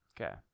Okay